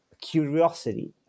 curiosity